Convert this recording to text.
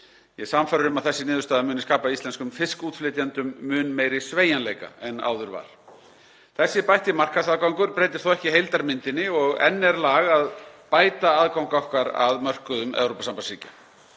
er sannfærður um að þessi niðurstaða muni skapa íslenskum fiskútflytjendum mun meiri sveigjanleika en áður var. Þessi bætti markaðsaðgangur breytir þó ekki heildarmyndinni og enn er lag að bæta aðgang okkar að mörkuðum Evrópusambandsríkja.